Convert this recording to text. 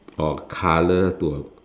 or colour to a